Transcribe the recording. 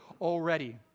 already